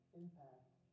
impact